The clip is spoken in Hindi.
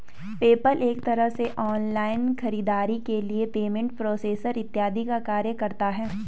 पेपल एक तरह से ऑनलाइन खरीदारी के लिए पेमेंट प्रोसेसर इत्यादि का कार्य करता है